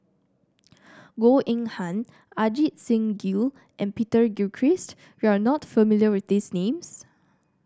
Goh Eng Han Ajit Singh Gill and Peter Gilchrist you are not familiar with these names